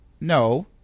No